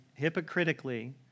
hypocritically